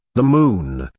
the moon,